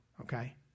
okay